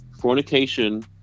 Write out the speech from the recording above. Fornication